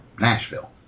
Nashville